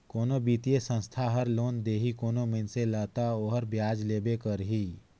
कोनो बित्तीय संस्था हर लोन देही कोनो मइनसे ल ता ओहर बियाज लेबे करही